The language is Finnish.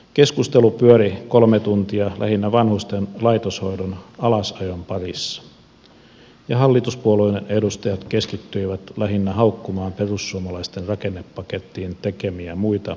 keskustelu pyöri kolme tuntia lähinnä vanhusten laitoshoidon alasajon parissa ja hallituspuolueiden edustajat keskittyivät lähinnä haukkumaan perussuomalaisten rakennepakettiin tekemiä muita ehdotuksia